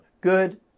good